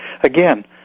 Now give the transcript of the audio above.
Again